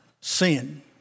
Sin